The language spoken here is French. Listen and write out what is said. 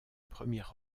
premier